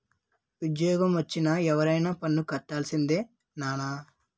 ఉజ్జోగమొచ్చిన ఎవరైనా పన్ను కట్టాల్సిందే నాన్నా